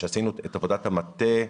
שעשינו את עבודת המטה,